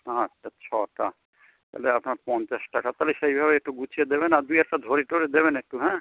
আচ্ছা ছটা তালে আপনার পঞ্চাশ টাকার তাহলে সেইভাবে একটু গুছিয়ে দেবেন আর দু একটা ধরে টরে দেবেন একটু হ্যাঁ